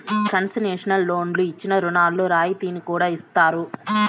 concessional లోన్లు ఇచ్చిన రుణాల్లో రాయితీని కూడా ఇత్తారు